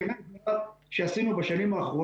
מבין 1,000 הסכמי הסדרה שעשינו בשנים האחרונות,